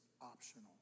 optional